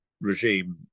regime